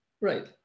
right